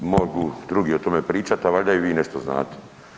Mogu drugi o tome pričati, a valjda i vi nešto znate.